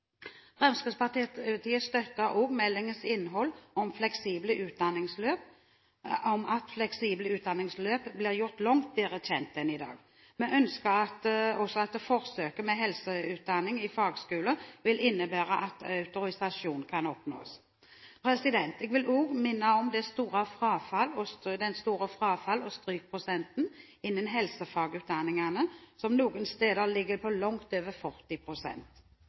Fremskrittspartiet støtter også meldingens innhold om at fleksible utdanningsløp blir gjort langt bedre kjent enn i dag. Vi ønsker også at forsøket med helseutdanning i fagskole vil innebære at autorisasjon kan oppnås. Jeg vil også minne om den store frafalls- og strykprosenten innen helsefagutdanningene, som noen steder ligger på langt over